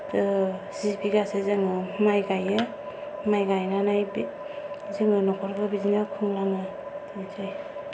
जि बिगासो जोङो माइ गायो माइ गायनानै जोङो न'खरखौ बिदिनो खुंलाङो बेनोसै